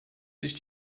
sich